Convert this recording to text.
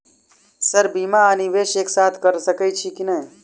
Sir बीमा आ निवेश एक साथ करऽ सकै छी की न ई?